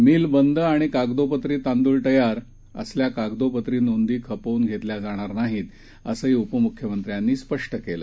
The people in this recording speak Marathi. मिलबंदआणिकागदोपत्रीतांदुळतयार असल्याकागदोपत्रीनोंदीखपवूनघेतल्याजाणारनाहीत असंहीउपम्ख्यमंत्र्यांनीस्पष्टकेलं